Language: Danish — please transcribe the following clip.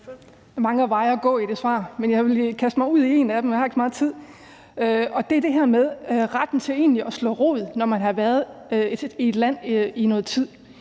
mange veje at gå i det svar, og jeg vil kaste mig ud på en af dem, for jeg har ikke så meget tid, og det er det her med retten til egentlig at slå rod, når man har været i et land i noget tid.